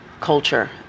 culture